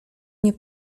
nie